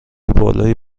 بالایی